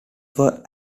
were